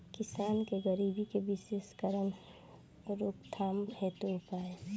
किसान के गरीबी के विशेष कारण रोकथाम हेतु उपाय?